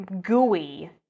gooey